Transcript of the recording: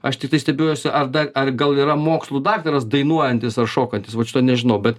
aš tiktai stebiuosi ar dar ar gal yra mokslų daktaras dainuojantis ar šokantis vat šito nežinau bet